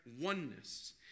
oneness